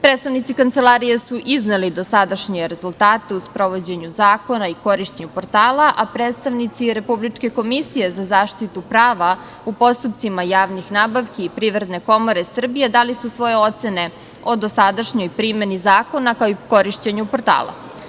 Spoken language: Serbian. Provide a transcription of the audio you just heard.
Predstavnici Kancelarije su izneli dosadašnje rezultate u sprovođenju zakona i korišćenju portala, a predstavnici Republičke komisije za zaštitu prava u postupcima javnih nabavki i Privredne komore Srbije dali su svoje ocene o dosadašnjoj primeni zakona, kao i korišćenju portala.